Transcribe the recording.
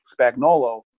Spagnolo